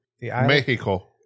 Mexico